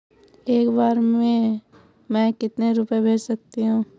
एक बार में मैं कितने रुपये भेज सकती हूँ?